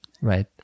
Right